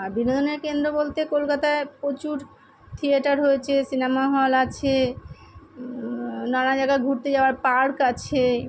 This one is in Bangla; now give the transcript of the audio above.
আর বিনোদনের কেন্দ্র বলতে কলকাতায় প্রচুর থিয়েটার হয়েছে সিনেমা হল আছে নানা জায়গায় ঘুরতে যাওয়ার পার্ক আছে